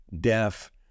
deaf